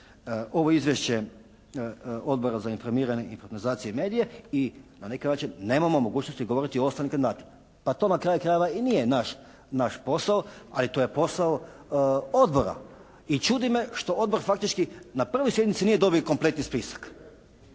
ovo izvješće Odbora za informiranje, informatizaciju i medije i na neki način nemamo mogućnosti govoriti o ostalim kandidatima. Pa to na kraju krajeva i nije naš posao. Ali to je posao Odbora i čudi me što Odbor faktički na pravoj sjednici nije dobio kompletni spisak.